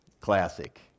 classic